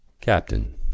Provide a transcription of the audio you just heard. captain